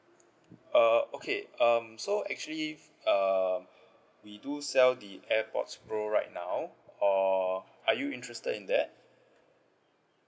uh okay um so actually uh we do sell the airpods pro right now uh are you interested in that